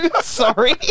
sorry